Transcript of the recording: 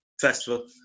Festival